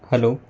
hello